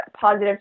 positive